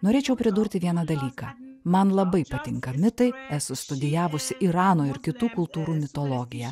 norėčiau pridurti vieną dalyką man labai patinka mitai esu studijavusi irano ir kitų kultūrų mitologiją